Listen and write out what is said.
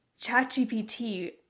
ChatGPT